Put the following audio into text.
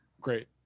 great